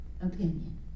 Opinion